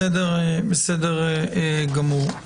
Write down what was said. בסדר גמור.